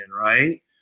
right